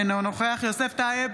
אינו נוכח יוסף טייב,